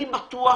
אני בטוח,